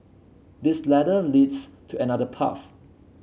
this ladder leads to another path